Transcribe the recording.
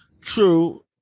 True